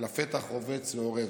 לפתח רובץ ואורב.